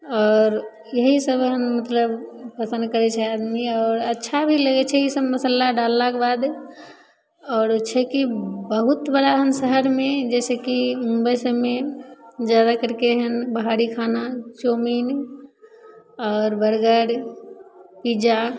आओर यही सब मतलब पसन करै छै आदमी आओर अच्छा भी लगै छै ई सब मसल्ला डाललाक बाद आओर छै कि बहुत बड़ा शहरमे जैसे कि मुम्बई सबमे जादा करिके बाहरी खाना चाउमीन आओर बर्गर पिज़्ज़ा